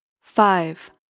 Five